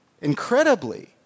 Incredibly